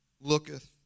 looketh